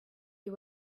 you